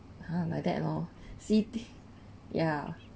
!huh! like that lor see thing ya